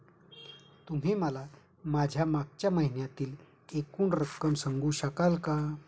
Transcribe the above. तुम्ही मला माझ्या मागच्या महिन्यातील एकूण रक्कम सांगू शकाल का?